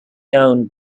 owned